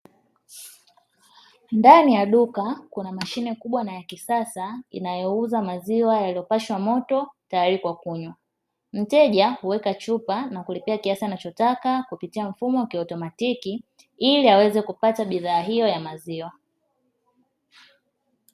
Ndani ya duka kuna mashine kubwa na ya kisasa inayouza maziwa yalio pashwa moto teyari kwa kunywa, mteja huweka chupa na kulipia kiasi anachotaka kupitia mfumo wa kiotomatiki ili aweze kupata bidhaa hio ya maziwa.